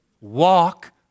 walk